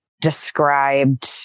described